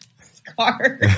Scar